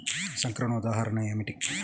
సంక్రమణ ఉదాహరణ ఏమిటి?